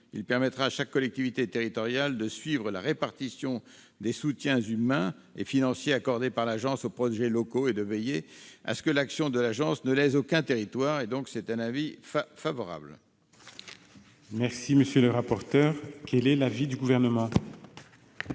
Il permettra à chaque collectivité territoriale de suivre la répartition des soutiens humains et financiers accordés par l'agence aux projets locaux et de veiller à ce que l'action de l'agence ne lèse aucun territoire. La commission a donc émis un avis favorable. Quel est l'avis du Gouvernement ?